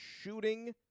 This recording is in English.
shooting